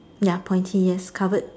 ya pointy covered